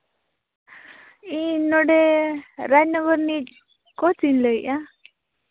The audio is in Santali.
ᱤᱧ ᱱᱚᱸᱰᱮ ᱨᱟᱡᱽᱱᱚᱜᱚᱨ ᱨᱤᱱᱤᱡ ᱠᱳᱪᱤᱧ ᱞᱟᱹᱭᱮᱫᱼᱟ